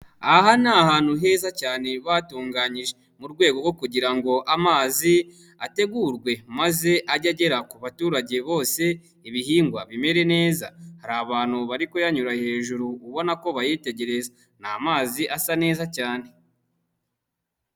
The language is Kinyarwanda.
Aha ni ahantu heza cyane batunganyije. Mu rwego rwo kugira ngo amazi, ategurwe maze ajye agera ku baturage bose, ibihingwa bimere neza. Hari abantu bari kuyanyura hejuru, ubona ko bayitegereza. Ni amazi asa neza cyane.